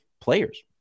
players